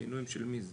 מינויים של מי זה?